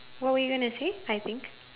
what were you gonna say I think